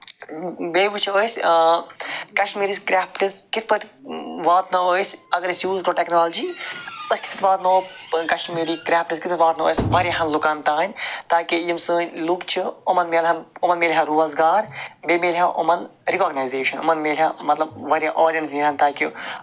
بیٚیہِ وٕچھَو أسۍ کَشمیٖریٖز کرافٹس کِتھ پٲٹھۍ واتناوو أسۍ اگر أسۍ یوٗز کرو ٹیٚکنالجی أسۍ کِتھ کنۍ واتناوو کشمیٖری کرافٹس کِتھ کنۍ واتناوو أسۍ واریَہَن لُکَن تانۍ تاکہ یِم سٲنۍ لُکھ چھِ یِمَن مِلہَن امن میلۍ ہَہ روزگار بیٚیہِ میلۍ ہہَ امن رِکاگنایزیشَن یِمن میلۍ ہہَ مَطلَب واریاہ آڈیَنز یِہَن تاکہِ